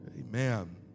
Amen